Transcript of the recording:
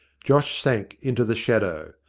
josh sank into the shadow.